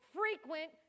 frequent